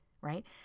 right